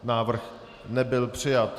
Návrh nebyl přijat.